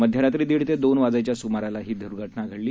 मध्यरात्री दीड ते दोन वाजायच्या स्माराला ही द्र्घटना घडली